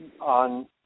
on